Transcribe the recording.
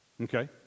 Okay